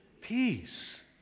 peace